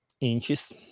inches